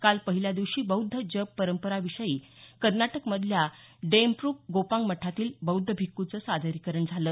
काल पहिल्या दिवशी बौद्ध जप परंपरा विषयी कर्नाटक मधल्या ड्रेपंग गोमांग मठातील बौद्ध भिक्खूचं सादरीकरण झालं